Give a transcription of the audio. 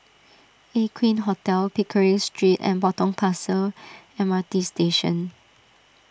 Aqueen Hotel Pickering Street and Potong Pasir M R T Station